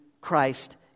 Christ